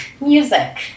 music